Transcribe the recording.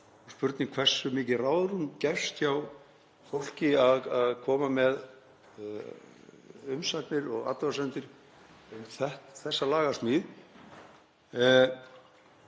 er spurning hversu mikið ráðrúm gefst hjá fólki til að koma með umsagnir og athugasemdir við þessa lagasmíð.